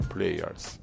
Players